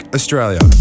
Australia